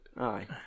Aye